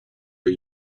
are